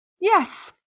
Yes